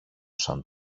σαν